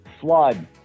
flood